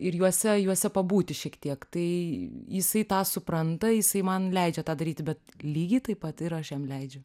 ir juose juose pabūti šiek tiek tai jisai tą supranta jisai man leidžia tą daryti bet lygiai taip pat ir aš jam leidžiu